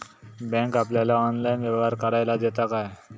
Bank आपल्याला online व्यवहार करायला देता काय?